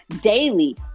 daily